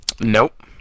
Nope